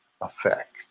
effect